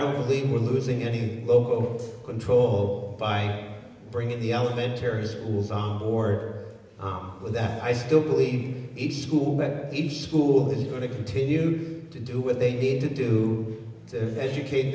don't believe we're losing any local control by bringing the elementary schools on board or with that i still believe in each school that each school is going to continue to do with they need to do to